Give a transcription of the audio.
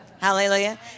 Hallelujah